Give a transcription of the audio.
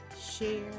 share